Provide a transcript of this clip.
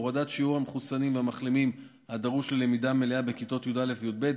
הורדת שיעור המחוסנים והמחלימים הדרוש ללמידה מלאה בכיתות י"א וי"ב,